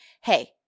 hey